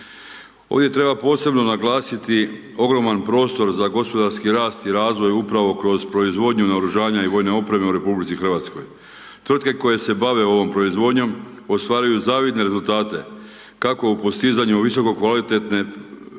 Ovdje treba posebno naglasiti ogroman prostor za gospodarski rast i razvoj upravo kroz proizvodnju naoružanja i vojne opreme u RH. Tvrtke koje se bave ovom proizvodnjom, ostvaruju zavidne rezultate, kako u postizanju visokokvalitetne proizvodnje